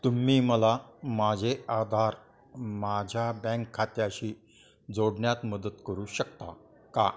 तुम्ही मला माझे आधार माझ्या बँक खात्याशी जोडण्यात मदत करू शकता का